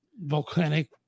volcanic